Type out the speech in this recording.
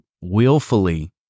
willfully